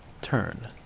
Turn